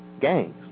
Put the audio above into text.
gangs